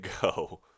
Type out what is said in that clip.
go